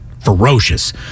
ferocious